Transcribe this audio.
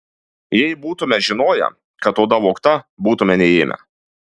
jei būtume žinoję kad oda vogta būtume neėmę